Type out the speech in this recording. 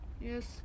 yes